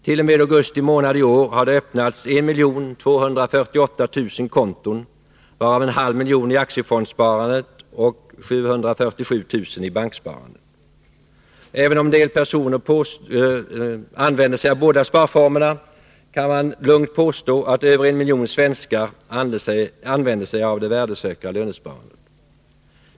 T. o. m. augusti månad i år hade det öppnats 1248 000 konton, varav 501 000 i aktiefondssparandet och 747 000 i banksparandet. Även om en del personer använder sig av båda sparformerna, kan man lugnt påstå att över en miljon svenskar använder sig av det värdesäkra lönesparandet.